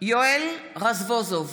יואל רזבוזוב,